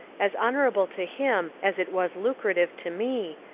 as honourable to him as it was lucrative to me,